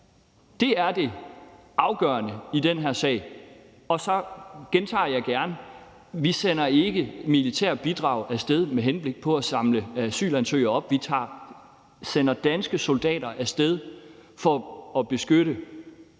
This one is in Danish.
Det er det afgørende i den her sag, og så gentager jeg gerne, at vi ikke sender militære bidrag af sted med henblik på at samle asylansøgere op. Vi sender danske soldater af sted for at beskytte